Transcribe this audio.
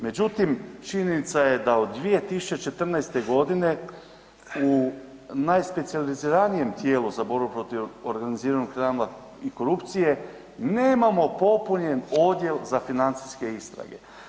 Međutim, činjenica je da od 2014. godine u najspecijaliziranijem tijelu za borbu protiv organiziranog kriminala i korupcije nemamo popunjen odjel za financijske istrage.